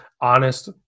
honest